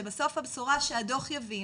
שבסוף הבשורה שהדו"ח יביא,